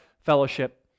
fellowship